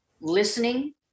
listening